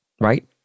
right